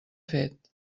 fet